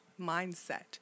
mindset